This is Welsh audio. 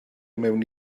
mewn